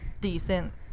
decent